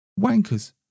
Wankers